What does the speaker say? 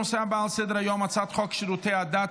הנושא הבא על סדר-היום: הצעת חוק שירותי הדת